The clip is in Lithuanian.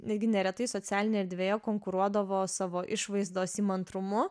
netgi neretai socialinėje erdvėje konkuruodavo savo išvaizdos įmantrumu